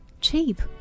Cheap